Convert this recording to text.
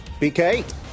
BK